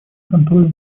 контроля